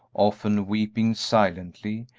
often weeping silently,